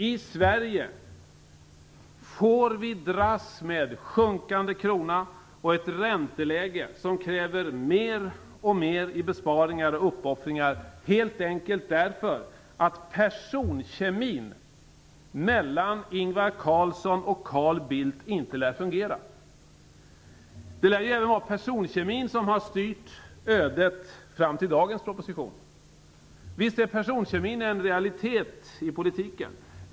I Sverige får vi dras med en sjunkande krona och ett ränteläge som kräver fler och fler besparingar och uppoffringar helt enkelt därför att personkemin mellan Ingvar Carlsson och Carl Bildt inte lär fungerar. Det lär ju även vara personkemin som har styrt ödet fram till dagens proposition. Visst är personkemin en realitet i politiken.